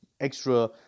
extra